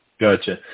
Gotcha